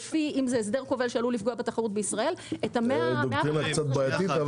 אם זה הסדר כובל שעלול לפגוע בתחרות בישראל --- דוקטרינה קצת בעייתית,